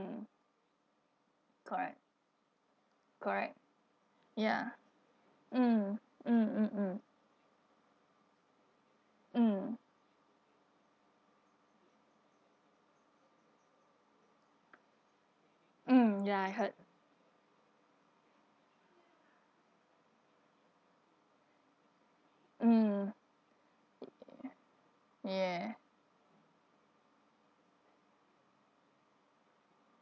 mm correct correct ya mm mm mm mm mm mm ya I heard mm ya ya